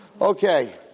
Okay